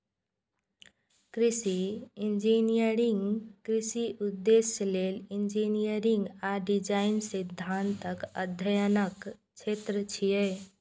कृषि इंजीनियरिंग कृषि उद्देश्य लेल इंजीनियरिंग आ डिजाइन सिद्धांतक अध्ययनक क्षेत्र छियै